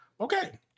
Okay